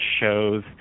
shows